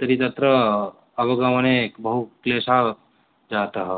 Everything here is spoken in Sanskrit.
तर्हि तत्र अवगमने बहुक्लेशः जातः